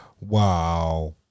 Wow